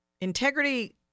integrity